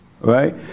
Right